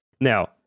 Now